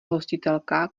hostitelka